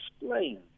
explain